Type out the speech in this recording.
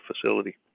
facility